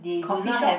coffeeshop